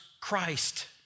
Christ